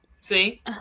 see